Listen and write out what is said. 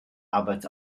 abbot